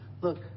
look